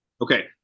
Okay